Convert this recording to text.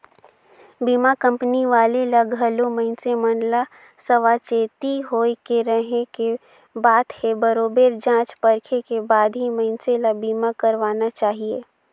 बीमा कंपनी वाले ले घलो मइनसे मन ल सावाचेती होय के रहें के बात हे बरोबेर जॉच परखे के बाद ही मइनसे ल बीमा करवाना चाहिये